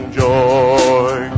joy